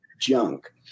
junk